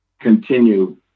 continue